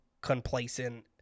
complacent